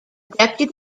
deputy